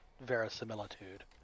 verisimilitude